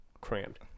crammed